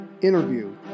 Interview